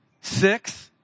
Six